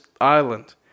island